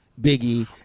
Biggie